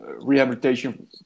rehabilitation